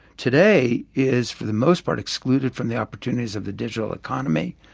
today is, for the most part, excluded from the opportunities of the digital economy,